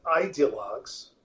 ideologues